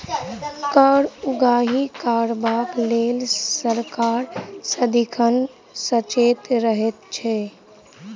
कर उगाही करबाक लेल सरकार सदिखन सचेत रहैत छै